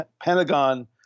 Pentagon